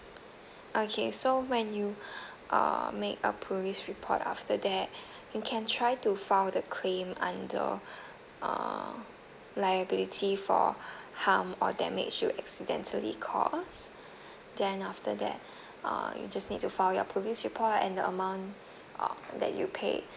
okay so when you uh make a police report after that you can try to file the claim under uh liability for harm or damage you accidentally caused then after that uh you just need to file your police report and the amount uh that you pay